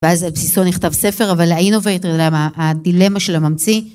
ואז על בסיסו נכתב ספר אבל האינובייטר הדילמה של הממציא